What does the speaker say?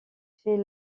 fait